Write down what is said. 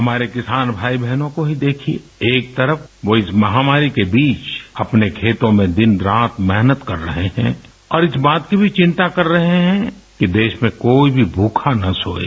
हमारे किसान भाई बहनों को ही देखिये एक तरफ वो इस महामारी के बीच अपने खेतों में दिन रात मेहनत कर रहे हैं और इस बात की भी चिंता कर रहे हैं कि देश में कोई भी मूखा ना सोये